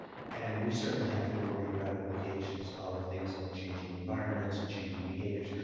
and, we certainly have to worry about implications of things like changing environments and changing behaviors,